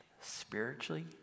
Spiritually